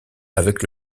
avec